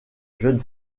jeune